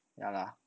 ya lah